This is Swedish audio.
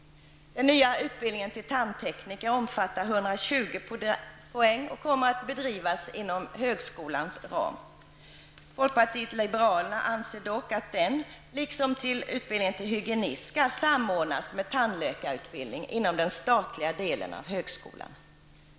120 poäng och kommer att bedrivas inom högskolans ram. Folkpartiet liberalerna anser dock att den, liksom utbildningen till hygienist, skall samordnas med tandläkarutbildning inom den statliga delen av högskolan.